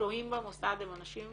ששוהים במוסד הם אנשים